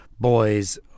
Boys